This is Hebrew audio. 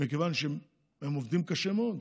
מכיוון שהם עובדים קשה מאוד,